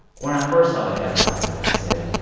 when i first saw the headlines, i said,